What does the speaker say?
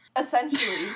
Essentially